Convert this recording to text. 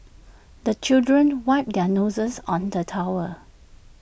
the children wipe their noses on the towel